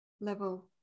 level